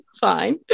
fine